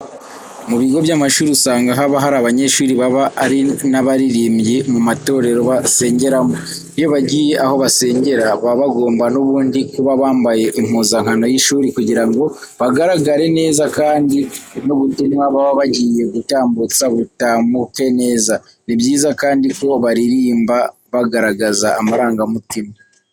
Mu bigo by'amashuri usanga haba hari abanyeshuri baba ari n'abaririmbyi mu matorero basengeramo. Iyo bagiye aho basengera, baba bagomba n'ubundi kuba bambaye impuzankano y'ishuri kugira ngo bagaragare neza kandi n'ubutumwa baba bagiye gutambutsa butamuke neza. Ni byiza kandi ko baririmba bagaragaza amarangamutima.